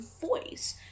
voice